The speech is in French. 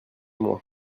moi